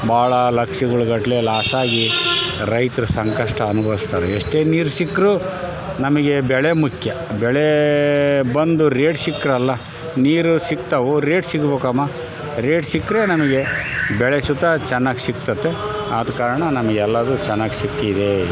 ಭಾಳ ಲಕ್ಷಗಳ್ ಗಟ್ಲೆ ಲಾಸಾಗಿ ರೈತ್ರು ಸಂಕಷ್ಟ ಅನುಭವಿಸ್ತಾರ್ ಎಷ್ಟೇ ನೀರು ಸಿಕ್ಕರು ನಮಗೆ ಬೆಳೆ ಮುಖ್ಯ ಬೆಳೆ ಬಂದು ರೇಟ್ ಸಿಕ್ರಲ್ಲ ನೀರು ಸಿಕ್ತವೆ ರೇಟ್ ಸಿಗ್ಬೇಕ್ ಅಮ್ಮ ರೇಟ್ ಸಿಕ್ಕರೆ ನಮಗೆ ಬೆಳೆ ಚುತ ಚೆನ್ನಾಗ್ ಸಿಕ್ತತೆ ಆದ ಕಾರಣ ನಮ್ಗೆ ಎಲ್ಲದು ಚೆನ್ನಾಗ್ ಸಿಕ್ಕಿದೆ